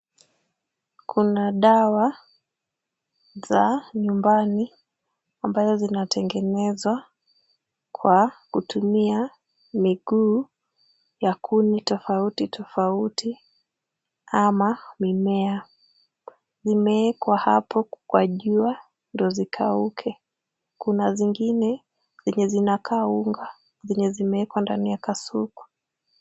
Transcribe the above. Kuna dawa za nyumbani ambayo zinatengenezwa kwa kutumia miguu ya kuni tofauti tofauti ama mimea. Vimewekwa hapo kwa jua ndio zikauke. Kuna zingine zenye zinakaa unga zenye zimewekwa ndani ya kasuku.